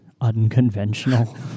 unconventional